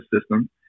system